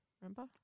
Remember